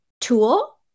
tool